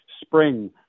spring